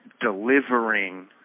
delivering